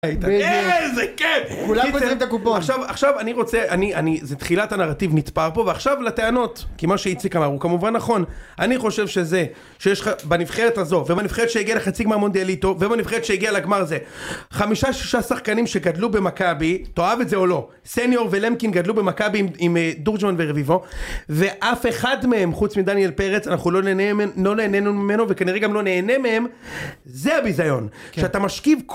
איזה כייף, כולם גוזרים את הקופון. -עכשיו, עכשיו אני רוצה, אני, אני... זה תחילת הנרטיב נתפר פה, ועכשיו לטענות. כי מה שאיציק אמר הוא כמובן נכון. אני חושב שזה שיש לך בנבחרת הזאת, ובנבחרת שהגיעה לחצי גמר מונדיאליטו, ובנבחרת שהגיעה לגמר הזה, חמישה-שישה שחקנים שגדלו במכבי. תאהב את זה או לא, סניור ולמקין גדלו במכבי עם תורג'מן ורביבו, ואף אחד מהם חוץ מדניאל פרץ, אנחנו לא נהנה ממנו וכנראה גם לא נהנה מהם, זה הביזיון שאתה משכיב...